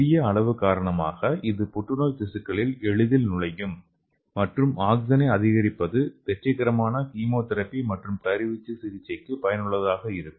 சிறிய அளவு காரணமாக இது புற்றுநோய் திசுக்களில் எளிதில் நுழையும் மற்றும் ஆக்ஸிஜனை அதிகரிப்பது வெற்றிகரமான கீமோதெரபி மற்றும் கதிர்வீச்சு சிகிச்சைக்கு பயனுள்ளதாக இருக்கும்